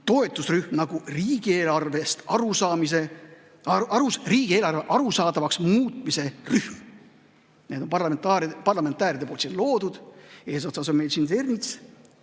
toetusrühm nagu riigieelarve arusaadavaks muutmise rühm. See on parlamentääride poolt loodud, eesotsas on meil siin Ernits,